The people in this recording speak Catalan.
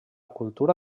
cultura